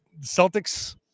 Celtics